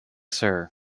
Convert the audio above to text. sir